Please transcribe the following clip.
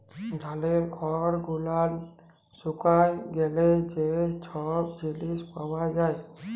ধালের খড় গুলান শুকায় গ্যালে যা ছব জিলিস পাওয়া যায়